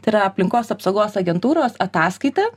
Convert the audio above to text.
tai yra aplinkos apsaugos agentūros ataskaita